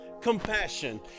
compassion